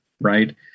right